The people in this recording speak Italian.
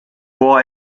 può